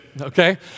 okay